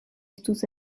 estus